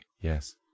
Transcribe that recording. Yes